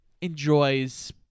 enjoys